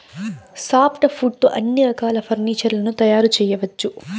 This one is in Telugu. సాఫ్ట్ వుడ్ తో అన్ని రకాల ఫర్నీచర్ లను తయారు చేయవచ్చు